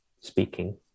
speaking